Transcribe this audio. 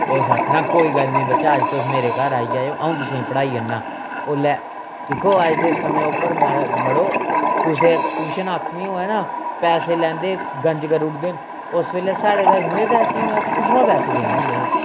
उस आखना कोई गल्ल नी बच्चा अज्ज तुस मेरे घर आई जाएओ अ'ऊं तुसेंगी पढ़ाई जन्नां ओल्लै दिक्खो अज्ज दे समें उप्पर महा मड़ो कुसै ट्यूशन आखनी होऐ न पैसे लैंदे गंज करी उड़दे न उस बेल्लै साढ़ै कश मोए पैसे होने असें कुत्थुआं पैसे देने होंदे हे